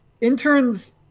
interns